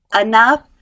enough